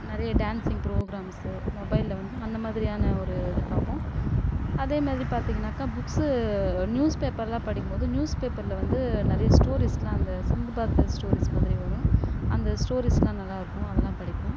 நிறைய dancing programmes மொபைலில் வந்து அந்த மாதிரியான ஒரு இது பார்ப்போம் அதே மாதிரி பார்த்தீங்கனாக்கா புக்ஸ்சு நியூஸ்பேப்பர்லாம் படிக்கும் போது நியூஸ்பேப்பர்ல வந்து நிறைய ஸ்டோரிஸ்லாம் அந்த சிந்து பாத் ஸ்டோரிஸ் மாதிரி வரும் அந்த ஸ்டோரிஸ்லாம் நல்லா இருக்கும் அதெலாம் படிப்பேன்